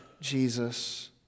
Jesus